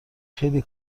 خیلی